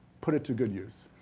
put it to good use.